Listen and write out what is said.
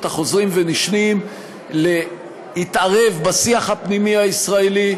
החוזרים ונשנים להתערב בשיח הפנימי הישראלי,